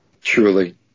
truly